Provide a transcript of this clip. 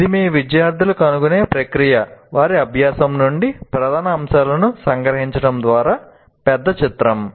ఇది మీ విద్యార్థులు కనుగొనే ప్రక్రియ వారి అభ్యాసం నుండి ప్రధాన అంశాలను సంగ్రహించడం ద్వారా పెద్ద చిత్రం